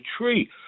tree